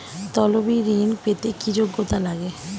তলবি ঋন পেতে কি যোগ্যতা লাগে?